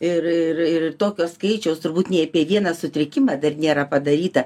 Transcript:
ir ir ir tokio skaičiaus turbūt nė apie vieną sutrikimą dar nėra padaryta